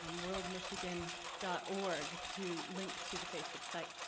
um worldmichigan dot org to link to the facebook site.